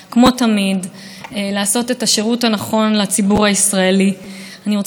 אני רוצה לפתוח בתנחומיי למשפחת פולד על מותו של ארי.